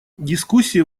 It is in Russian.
дискуссии